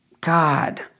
God